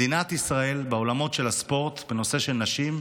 מדינת ישראל, בעולמות של הספורט, בנושא של נשים,